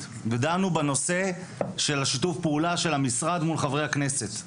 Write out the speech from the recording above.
ודנו בנושא של שיתוף הפעולה של המשרד מול חברי הכנסת.